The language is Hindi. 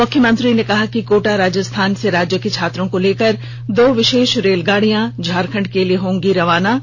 मुख्यमंत्री ने कहा कि कोटा राजस्थान से राज्य के छात्रों को लेकर दो विषेष रेलगाड़ी झारखण्ड के लिए रवाना होगी